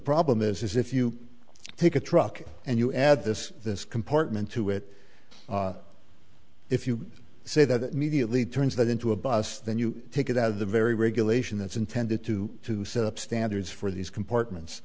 problem is is if you take a truck and you add this this compartment to it if you say that mediately turns that into a bus then you take it out of the very regulation that's intended to to set up standards for these compartments